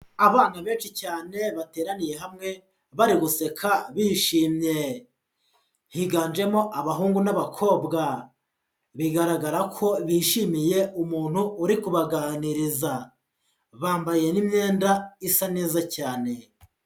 Abana benshi cyane bateraniye hamwe, bari guseka bishimye, higanjemo abahungu n'abakobwa, bigaragara ko bishimiye umuntu uri kubaganiriza, bambaye n'imyenda isa neza cyane.